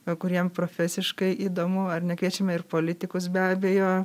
kuriems profesiškai įdomu ar ne kviečiame ir politikus be abejo